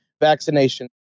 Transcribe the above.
vaccination